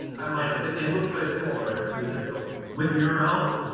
and like and it looks so similar, it can be difficult. with yeah url,